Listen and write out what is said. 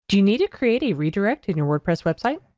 do you need a create a redirect in your wordpress website?